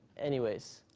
anyways.